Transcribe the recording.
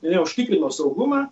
jie užtikrino saugumą